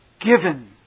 given